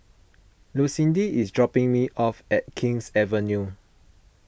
Lucindy is dropping me off at King's Avenue